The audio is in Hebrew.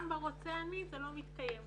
גם ברוצה אני, זה לא מתקיים.